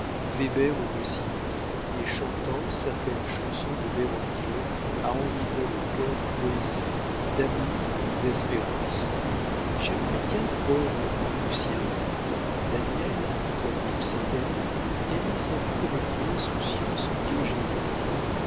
weber ou rossini et chantant certaines chansons de béranger à enivrer le cœur de poésie d'amour ou d'espérance michel chrestien pauvre comme lucien comme daniel comme tous ses amis gagnait sa vie avec une insouciance diogénique